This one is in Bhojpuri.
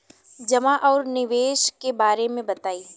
जमा और निवेश के बारे मे बतायी?